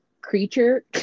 creature